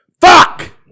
Fuck